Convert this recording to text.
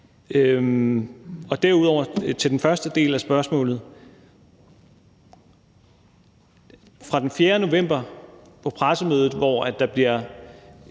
vil jeg sige til den første del af spørgsmålet: Den 4. november på pressemødet, hvor der bliver